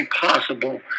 possible